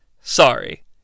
Sorry